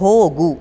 ಹೋಗು